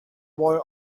boy